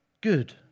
good